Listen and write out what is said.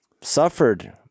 suffered